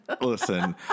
Listen